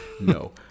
No